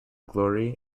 glory